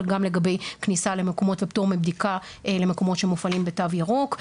גם לגבי פטור מבדיקה למקומות שמופעלים בתו ירוק,